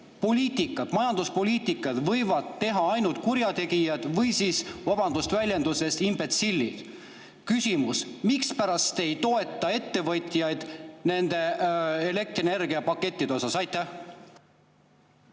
Sellist majanduspoliitikat võivad teha ainult kurjategijad või – vabandust väljenduse eest! – imbetsillid. Küsimus: mispärast te ei toeta ettevõtjaid nende elektrienergiapakettide osas? Aitäh,